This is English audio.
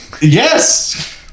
Yes